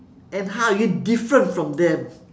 and how are you different from them